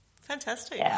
Fantastic